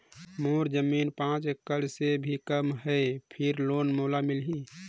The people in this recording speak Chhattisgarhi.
मोर जमीन पांच एकड़ से भी कम है फिर लोन मोला मिलही?